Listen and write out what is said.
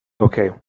Okay